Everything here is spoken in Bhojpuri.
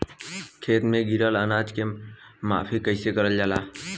खेत में गिरल अनाज के माफ़ी कईसे करल जाला?